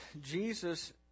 Jesus